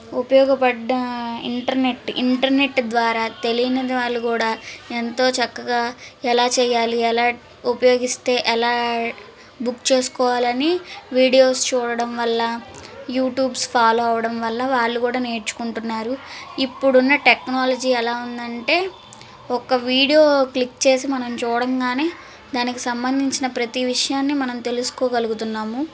ఉపయోగపడా internet internet ద్వారా తెలియనందు వాళ్ళు కూడా ఎంతో చక్కగా ఎలా చేయాలి ఎలా ఉపయోగిస్తే ఎలా బుక్ చేసుకోవాలి అని వీడియోస్ చూడడం వల్ల యూట్యూబ్స్ ఫాలో అవ్వడం వల్ల వాళ్లు కూడా నేర్చుకుంటున్నారు ఇప్పుడున్న టెక్నాలజీ ఎలా ఉందంటే ఒక వీడియో క్లిక్ చేసి మనం చూడంగానే దానికి సంబంధించిన ప్రతి విషయాన్ని మనం తెలుసుకోగలుగుతున్నాము